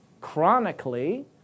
chronically